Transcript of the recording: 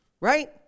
Right